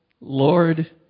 Lord